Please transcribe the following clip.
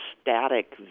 static